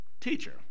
Teacher